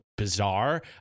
bizarre